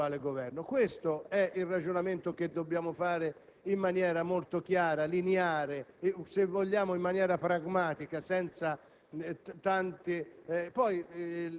o da Ministri, dell'attuale Governo. Questo è il ragionamento che dobbiamo fare in maniera molto chiara, lineare e forse anche pragmatica. Sulle